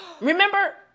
Remember